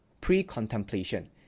pre-contemplation